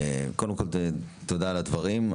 תודה על הדברים.